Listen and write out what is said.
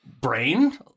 brain